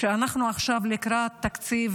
כי אנחנו עכשיו לקראת תקציב